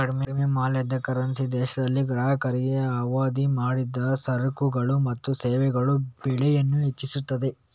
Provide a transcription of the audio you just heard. ಕಡಿಮೆ ಮೌಲ್ಯದ ಕರೆನ್ಸಿ ದೇಶದಲ್ಲಿ ಗ್ರಾಹಕರಿಗೆ ಆಮದು ಮಾಡಿದ ಸರಕುಗಳು ಮತ್ತು ಸೇವೆಗಳ ಬೆಲೆಯನ್ನ ಹೆಚ್ಚಿಸ್ತದೆ